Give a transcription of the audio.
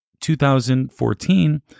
2014